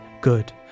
good